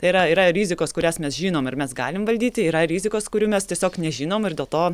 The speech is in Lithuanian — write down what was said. tai yra yra rizikos kurias mes žinom ir mes galim valdyti yra rizikos kurių mes tiesiog nežinom ir dėl to